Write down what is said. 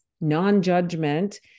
non-judgment